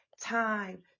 time